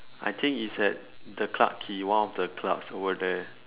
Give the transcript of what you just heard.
I think it's at the clarke quay one of the clubs over there